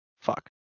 Fuck